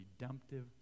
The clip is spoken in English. redemptive